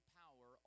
power